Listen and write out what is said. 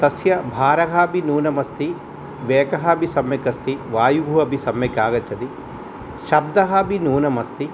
तस्य भारः अपि नूनमस्ति वेगः अपि सम्यक् अस्ति वायुः अपि सम्यक् आगच्छति शब्दः अपि नूनमस्ति